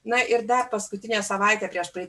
na ir dar paskutinę savaitę prieš tai